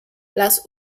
las